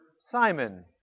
Simon